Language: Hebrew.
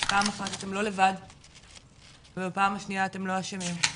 פעם אחת אתם לא לבד ופעם שנייה אתם לא אשמים.